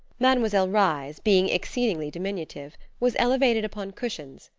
mademoiselle reisz, being exceedingly diminutive, was elevated upon cushions,